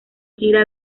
gira